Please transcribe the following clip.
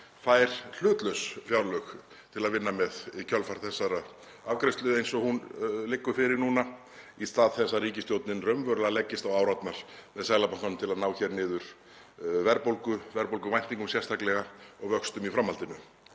fær hlutlaus fjárlög til að vinna með í kjölfar þessarar afgreiðslu eins og hún liggur fyrir núna, í stað þess að ríkisstjórnin leggist raunverulega á árarnar með Seðlabankanum til að ná hér niður verðbólgu, verðbólguvæntingum sérstaklega, og vöxtum í framhaldinu.